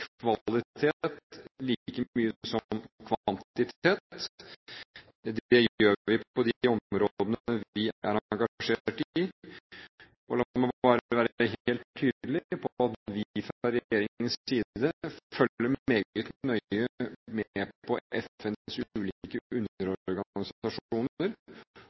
mye som kvantitet. Det har vi på de områdene vi er engasjert i. La meg bare være helt tydelig på at vi fra regjeringens side følger meget nøye med på FNs ulike underorganisasjoner,